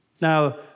Now